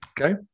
Okay